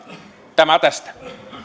tämä tästä